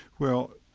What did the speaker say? well,